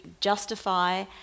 justify